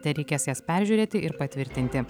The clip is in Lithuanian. tereikės jas peržiūrėti ir patvirtinti